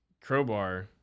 Crowbar